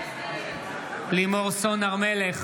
בעד לימור סון הר מלך,